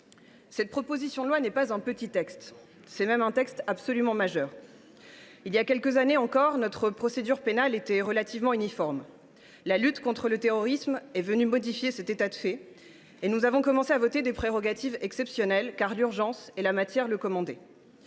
cette proposition de loi n’est pas un petit texte. Elle est, au contraire, absolument majeure. Voilà quelques années, notre procédure pénale était relativement uniforme. L’évolution de la lutte contre le terrorisme a modifié cet état de fait et nous avons commencé à voter des prérogatives exceptionnelles, car l’urgence et la matière le commandaient.